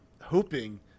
hoping